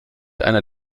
einer